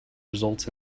results